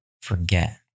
forget